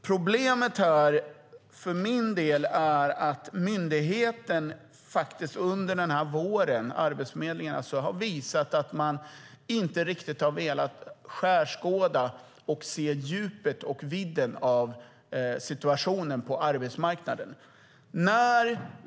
Problemet är för min del att myndigheten, Arbetsförmedlingen, under våren visat att man inte riktigt velat skärskåda detta och se djupet och vidden av situationen på arbetsmarknaden.